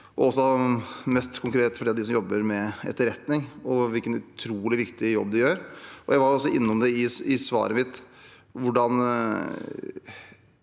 konkret dem som jobber med etterretning, og sett hvilken utrolig viktig jobb de gjør. Jeg var innom det i svaret mitt.